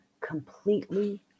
completely